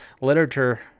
literature